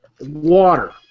water